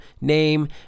Name